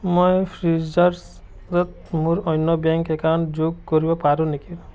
মই ফ্ৰীজাৰ্চজত মোৰ অন্য বেংক একাউণ্ট যোগ কৰিব পাৰোঁ নিকি